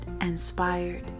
inspired